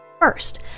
First